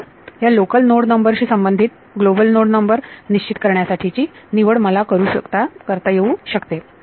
ह्या local node number शी संबंधित ग्लोबल नोड नंबर निश्चित करण्यासाठी ची निवड मला करता येऊ शकते ओके